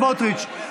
חבר הכנסת סמוטריץ',